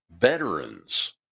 veterans